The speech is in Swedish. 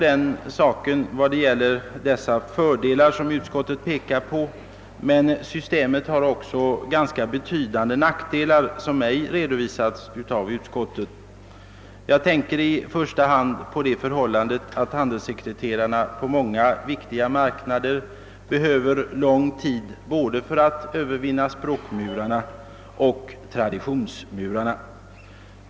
Jag kan gå med på de fördelar som utskottet pekar på, men systemet har också ganska betydande nackdelar som ej redovisats av utskottet. Jag tänker i första hand på det förhållandet att handelssekreterarna på många viktiga marknader behöver lång tid för att övervinna både språkmurarna och traditionsmurarna.